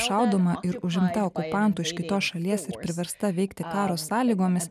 šaudoma ir užimta okupantų iš kitos šalies ir priversta veikti karo sąlygomis